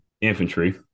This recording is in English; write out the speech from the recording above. infantry